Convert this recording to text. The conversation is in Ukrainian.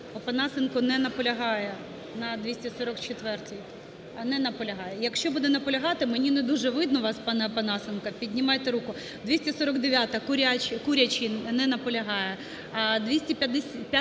Опанасенко не наполягає на 244-й, не наполягає. Якщо буде наполягати, мені не дуже видно вас, пане Опанасенко, піднімайте руку. 249-а, Курячий. Курячий не наполягає.